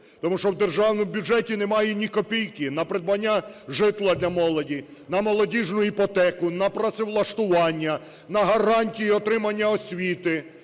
Тому що в державному бюджеті немає ні копійки на придбання житла для молоді, на молодіжну іпотеку, на працевлаштування, на гарантії отримання освіти,